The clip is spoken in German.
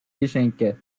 geschenke